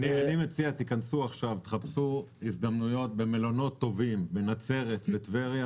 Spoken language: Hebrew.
אני מציע שתחפשו עכשיו הזדמנויות במלונות טובים בנצרת ובטבריה.